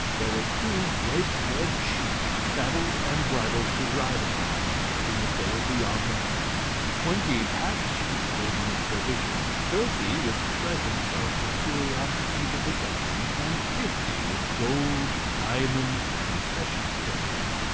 there were two great red sheep saddled and bridled to ride upon as soon as they were beyond the mountains, twenty pack-sheep laden with provisions, thirty with presents of the curiosities of the country, and fifty with gold, diamonds, and precious stones.